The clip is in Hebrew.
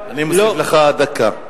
אני מוסיף לך דקה.